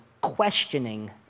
questioning